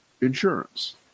insurance